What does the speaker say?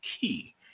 key